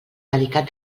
delicat